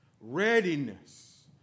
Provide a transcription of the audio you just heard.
readiness